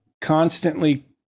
Constantly